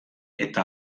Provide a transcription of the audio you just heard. eta